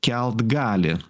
kelt gali